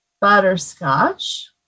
butterscotch